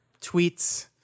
tweets